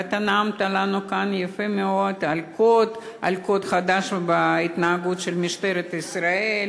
ואתה נאמת לנו כאן יפה מאוד על קוד חדש בהתנהגות של משטרת ישראל,